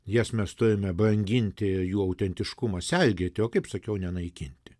jas mes turime branginti jų autentiškumą sergėti o kaip sakiau nenaikinti